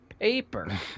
paper